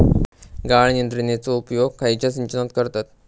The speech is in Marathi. गाळण यंत्रनेचो उपयोग खयच्या सिंचनात करतत?